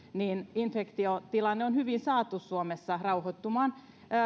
infektiotilanne on on hyvin saatu suomessa rauhoittumaan